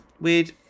weird